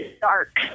dark